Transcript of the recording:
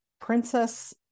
princess